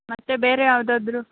ಮತ್ತೆ ಬೇರೆ ಯಾವುದಾದ್ರೂ